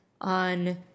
on